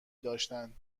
داشتند